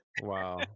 wow